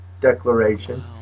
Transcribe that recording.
declaration